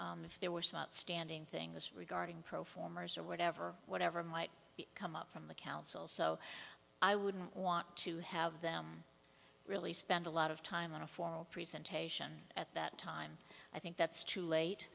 and if there were some outstanding things regarding pro formers or whatever whatever might come up from the council so i wouldn't want to have them really spend a lot of time on a formal presentation at that time i think that's too late